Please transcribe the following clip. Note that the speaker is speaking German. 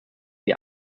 die